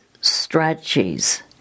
strategies